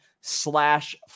slash